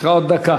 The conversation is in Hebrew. יש לך עוד דקה.